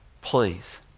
Please